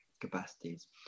capacities